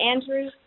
Andrew